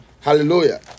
Hallelujah